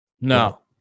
No